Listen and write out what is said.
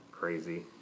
crazy